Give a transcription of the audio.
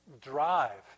drive